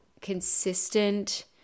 consistent